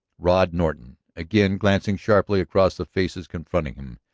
rod norton, again glancing sharply across the faces confronting him,